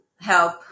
help